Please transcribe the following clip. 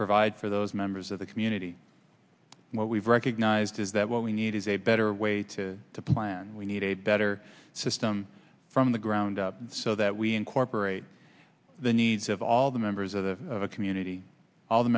provide for those members of the community what we've recognized is that what we need is a better way to plan we need a better system from the ground up so that we incorporate the needs of all the members of the community all the